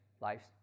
lives